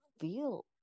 feel